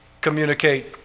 communicate